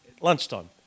Lunchtime